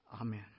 Amen